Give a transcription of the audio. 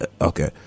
Okay